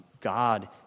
God